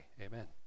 Amen